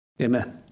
Amen